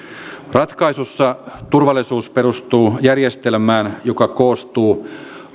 ratkaisussa turvallisuus perustuu järjestelmään joka koostuu